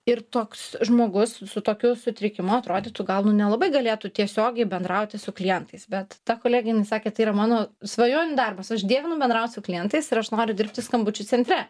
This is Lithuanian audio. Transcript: ir toks žmogus su tokiu sutrikimu atrodytų gal nu nelabai galėtų tiesiogiai bendrauti su klientais bet ta kolegė sakė tai yra mano svajonių darbas aš dievinu bendraut su klientais ir aš noriu dirbti skambučių centre